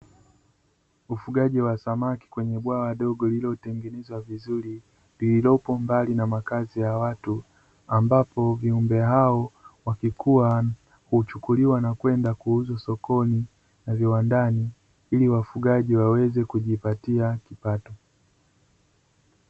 Ufugaji wa samaki kwenye bwana dogo lililotengenezwa vizuri, lililopombali na makazi ya watu ambapo viumbe hao wakikua huchukuliwa na kwenda kuuzwa sokoni na viwandani ili wafugaji waweze kujipatia kipato.